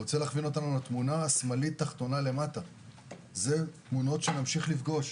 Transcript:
התמונה של חיילים עומדים בתור אלה תמונות שנמשיך לפגוש.